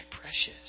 precious